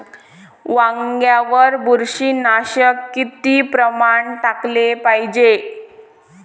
वांग्यावर बुरशी नाशक किती ग्राम टाकाले पायजे?